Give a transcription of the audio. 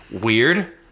weird